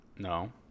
No